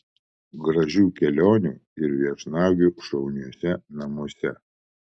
gražių kelionių ir viešnagių šauniuose namuose